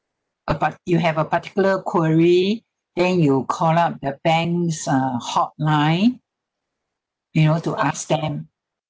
a part~ you have a particular query then you call up the bank's uh hotline you know to ask them